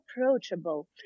approachable